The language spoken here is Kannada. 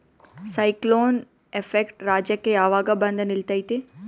ಸೈಕ್ಲೋನ್ ಎಫೆಕ್ಟ್ ರಾಜ್ಯಕ್ಕೆ ಯಾವಾಗ ಬಂದ ನಿಲ್ಲತೈತಿ?